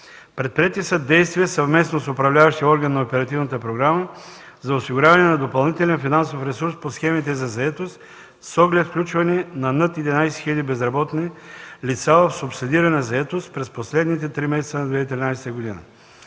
Предприети са действия съвместно с управляващия орган на Оперативната програма за осигуряване на допълнителен финансов ресурс по схемите за заетост с оглед включване на над 11 хил. безработни лица в субсидирана заетост през последните три месеца на 2013 г.